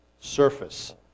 surface